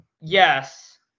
Yes